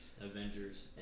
Avengers